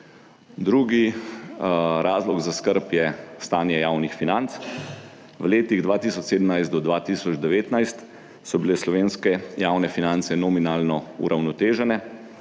Drugi razlog za skrb je stanje javnih financ. V letih 2017 do 2019, so bile slovenske javne finance nominalno uravnotežene,